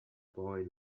boy